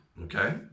okay